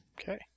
Okay